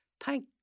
Thank